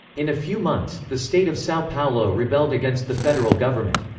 in a few months, the state of sao paulo rebelled against the federal government.